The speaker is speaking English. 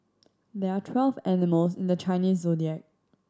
there are twelve animals in the Chinese Zodiac